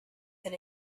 that